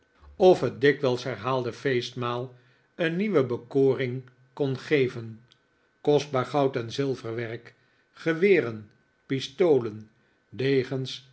of het dickens nikolaas nickleby is dikwijls herhaalde feestmaal een nieuwe bekoring kon geven kostbaar goud en zilverwerk geweren pistolen degens